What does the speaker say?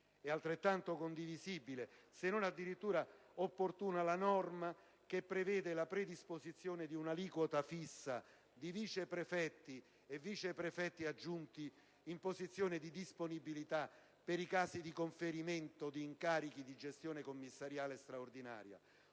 È altrettanto condivisibile, se non addirittura opportuna, la norma che prevede la predisposizione di una aliquota fissa di vice prefetti e vice prefetti aggiunti in posizione di disponibilità per i casi di conferimento di incarichi di gestione commissariale straordinaria,